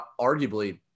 arguably